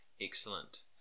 Excellent